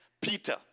Peter